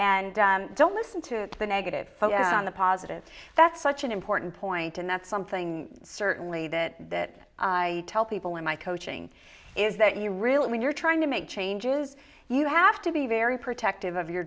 and don't listen to the negative focus on the positive that's such an important point and that's something certainly that that i tell people in my coaching is that you really when you're trying to make changes you have to be very protective of your